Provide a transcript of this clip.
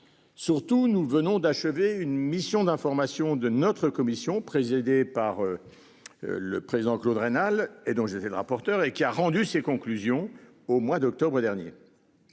Surtout, nous venons d'achever une mission d'information de notre commission présidée par. Le président Claude Raynal. Et donc j'étais le rapporteur et qui a rendu ses conclusions au mois d'octobre dernier.